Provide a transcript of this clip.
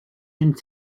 d’une